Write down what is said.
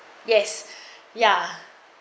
yes ya